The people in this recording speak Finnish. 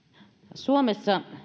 suomessa